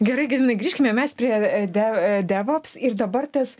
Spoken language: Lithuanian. gerai gediminai grįžkime mes prie de devops ir dabar ties